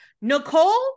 Nicole